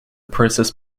process